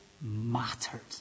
mattered